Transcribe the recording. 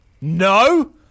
no